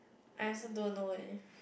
I also don't know eh